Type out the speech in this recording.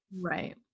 Right